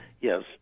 Yes